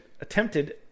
attempted